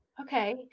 okay